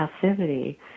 passivity